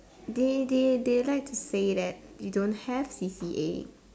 they they they like to say that you don't have C_C_A